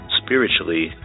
spiritually